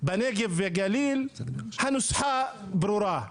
בנגב והגליל, הנוסחה ברורה.